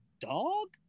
dog